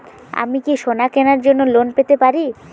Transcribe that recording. আমি কি সোনা কেনার জন্য লোন পেতে পারি?